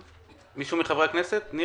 מישהו מחברי הכנסת רוצה לדבר?